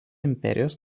imperijos